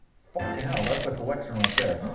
fucking hell. that's a collection right there.